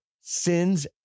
sins